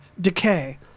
decay